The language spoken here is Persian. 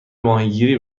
ماهیگیری